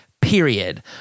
period